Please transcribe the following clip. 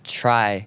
try